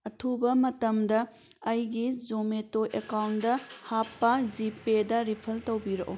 ꯑꯊꯨꯕ ꯃꯇꯝꯗ ꯑꯩꯒꯤ ꯖꯣꯃꯦꯇꯣ ꯑꯦꯀꯥꯎꯟꯗ ꯍꯥꯞꯄ ꯖꯤꯄꯦꯗ ꯔꯤꯐꯟ ꯇꯧꯕꯤꯔꯛꯑꯣ